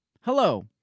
Hello